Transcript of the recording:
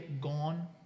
gone